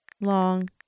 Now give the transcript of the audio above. long